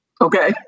Okay